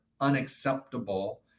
unacceptable